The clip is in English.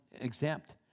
exempt